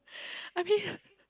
I mean